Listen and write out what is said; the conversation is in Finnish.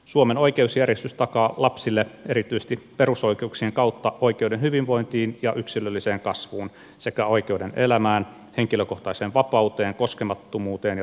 suomen oikeusjärjestys takaa lapsille erityisesti perusoikeuksien kautta oikeuden hyvinvointiin ja yksilölliseen kasvuun sekä oi keuden elämään henkilökohtaiseen vapauteen koskemattomuuteen ja turvallisuuteen